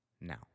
Now